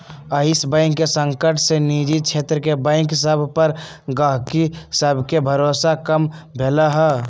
इयस bank के संकट से निजी क्षेत्र के बैंक सभ पर गहकी सभके भरोसा कम भेलइ ह